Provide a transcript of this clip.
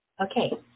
Okay